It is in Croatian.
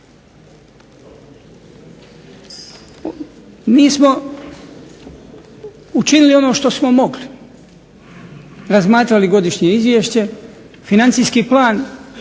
Mi smo učinili ono što smo mogli, razmatrali godišnje izvješće. Financijski plan,